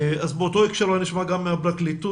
אז באותו הקשר אולי נשמע גם את הפרקליטות,